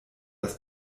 das